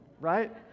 Right